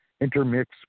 intermix